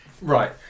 right